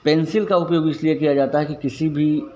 pencil का उपयोग इसलिए किया जाता है कि किसी भी